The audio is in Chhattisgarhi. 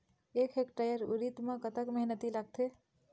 एक हेक्टेयर उरीद म कतक मेहनती लागथे?